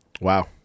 Wow